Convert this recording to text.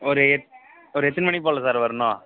ஒரு எத் ஒரு எத்தனை மணிப்போல சார் வரணும்